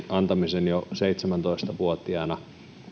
antamisen jo seitsemäntoista vuotiaana